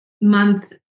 month